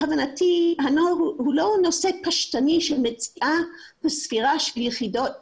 להבנתי היא לא נושא פשטני של סקירה של יחידות